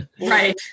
right